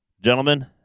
Gentlemen